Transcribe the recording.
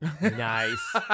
Nice